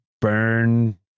burn